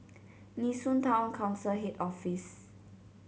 Nee Soon Town Council Head Office